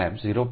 55 થી 0